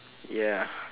ya